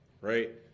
right